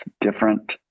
different